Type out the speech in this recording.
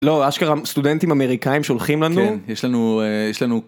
לא אשכרה סטודנטים אמריקאים שולחים לנו יש לנו יש לנו.